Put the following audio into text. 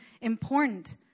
important